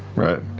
right?